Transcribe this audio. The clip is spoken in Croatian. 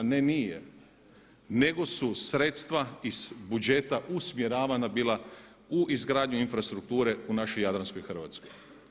Ne, nije, nego su sredstva iz budžeta usmjeravana bila u izgradnju infrastrukture u našoj jadranskoj Hrvatskoj.